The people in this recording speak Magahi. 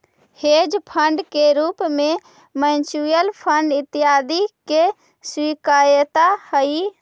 हेज फंड के रूप में म्यूच्यूअल फंड इत्यादि के स्वीकार्यता हई